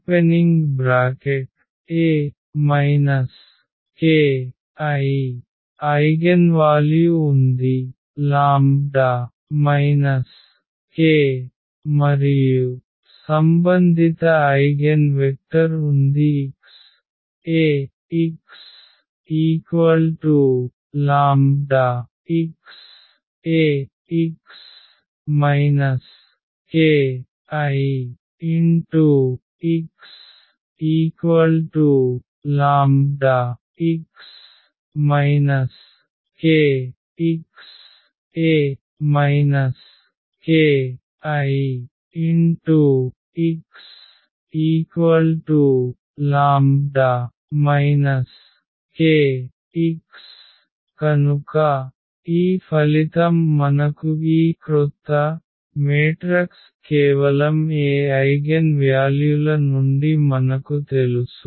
చూడండి స్లయిడ్ సమయం 1407 ఐగెన్వాల్యు ఉంది λ k మరియు సంబంధిత ఐగెన్ వెక్టర్ ఉంది x Axλx ⇒Ax kIxλx kx A kIxλ kx కనుక ఈ ఫలితం మనకు ఈ క్రొత్త మాతృక కేవలం A ఐగెన్ వ్యాల్యుల నుండి మనకు తెలుసు